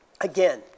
Again